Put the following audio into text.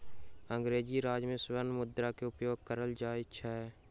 अंग्रेजी राज में स्वर्ण मुद्रा के उपयोग कयल जाइत छल